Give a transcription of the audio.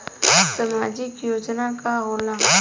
सामाजिक योजना का होला?